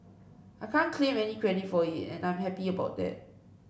I can't claim any credit for it and I'm happy about that